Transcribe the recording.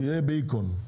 תהיה בהיכון.